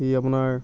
সি আপোনাৰ